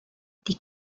die